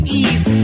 ease